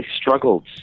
struggled